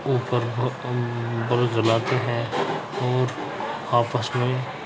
اوپر بر بر جلاتے ہیں اور آپس میں